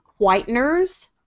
whiteners